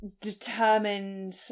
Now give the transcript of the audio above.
determined